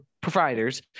providers